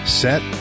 set